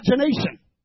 imagination